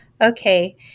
Okay